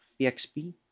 PXP